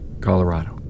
Colorado